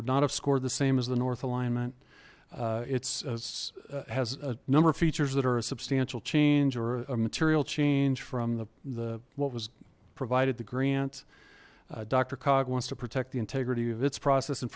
would not have scored the same as the north alignment it's has a number of features that are a substantial change or a material change from the what was provided to grant doctor cog wants to protect the integrity of its process and